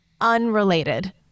unrelated